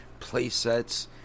playsets